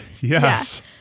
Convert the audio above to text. Yes